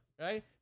Right